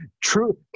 true